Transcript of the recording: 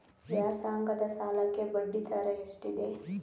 ವ್ಯಾಸಂಗದ ಸಾಲಕ್ಕೆ ಬಡ್ಡಿ ದರ ಎಷ್ಟಿದೆ?